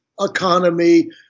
economy